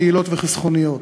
יעילות וחסכוניות: